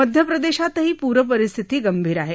मध्य प्रदेशात पूर परिस्थिती गंभीर आहे